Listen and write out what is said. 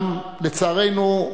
אולם, לצערנו,